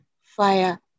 fire